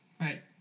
right